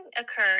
occur